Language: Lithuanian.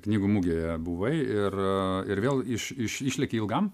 knygų mugėje buvai ir ir vėl iš išlėki ilgam